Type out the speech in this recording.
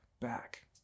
back